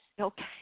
Okay